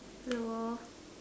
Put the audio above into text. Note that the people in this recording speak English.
hello